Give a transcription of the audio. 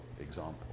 example